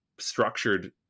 structured